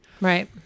Right